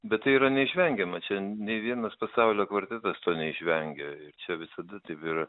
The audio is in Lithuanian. bet tai yra neišvengiama čia nei vienas pasaulio kvartetas to neišvengia ir čia visada taip yra